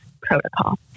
protocol